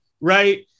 right